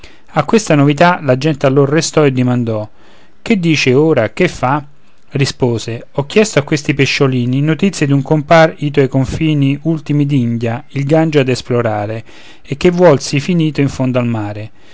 a questa novità la gente allor restò e dimandò che dice ora che fa rispose ho chiesto a questi pesciolini notizie d'un compar ito ai confini ultimi d'india il gange ad esplorare e che vuolsi finito in fondo al mare